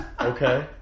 Okay